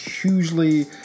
hugely